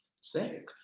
sick